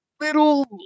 little